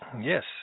Yes